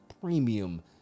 premium